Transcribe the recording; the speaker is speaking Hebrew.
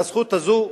והזכות הזו,